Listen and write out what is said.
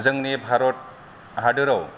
जोंनि भारत हादोराव